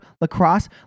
lacrosse